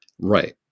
Right